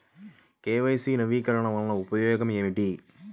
KYC నవీకరణ వలన ఉపయోగం ఏమిటీ?